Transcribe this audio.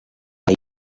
kaj